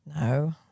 No